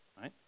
right